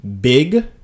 big